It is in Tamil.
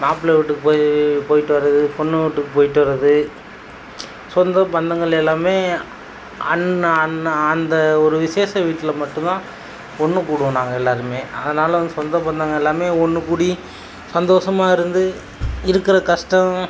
மாப்பிளை வீட்டுக்கு போய் போயிட்டு வர்றது பொண்ணு வீட்டுக்குப் போயிட்டு வர்றது சொந்த பந்தங்கள் எல்லாமே அன்ன அன்ன அந்த ஒரு விசேஷ வீட்டில் மட்டுந்தான் ஒன்று கூடுவோம் நாங்கள் எல்லோருமே அதனால் வந்து சொந்த பந்தங்கள் எல்லாமே ஒன்றுக்கூடி சந்தோசமாக இருந்து இருக்கிற கஷ்டம்